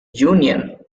union